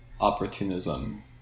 opportunism